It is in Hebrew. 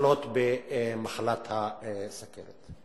לחלות במחלת הסוכרת.